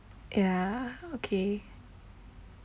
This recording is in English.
ya okay